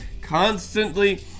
Constantly